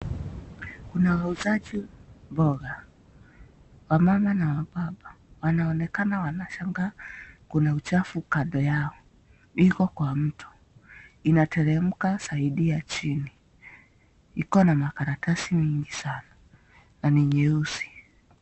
Kuna wauzaji mboga, wamama na wababa. Wanaonekana wanashangaa kuna uchafu kando yao. Iko kwa mto. Inateremka side hii ya chini. Iko na makaratasi mingi sana na ni nyeusi .